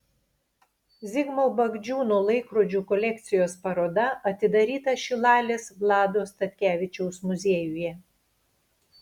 zigmo bagdžiūno laikrodžių kolekcijos paroda atidaryta šilalės vlado statkevičiaus muziejuje